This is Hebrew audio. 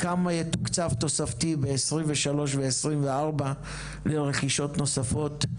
כמה יתוקצב תוספתי ב-2023 ו-2024 לרכישות נוספות?